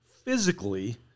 physically